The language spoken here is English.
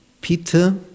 Peter